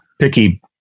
picky